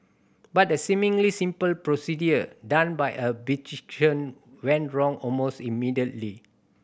but the seemingly simple procedure done by a beautician went wrong almost immediately